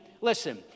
listen